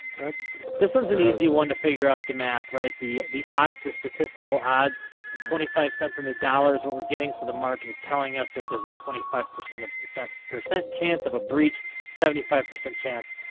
that's this is an easy one to figure out the math right the the odds the statistical odds. and twenty five cents on the dollar is we're getting so the market is telling us that there's a twenty five percent of cent. percent chance of a breach seventy five percent chance.